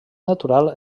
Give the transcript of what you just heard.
natural